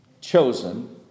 chosen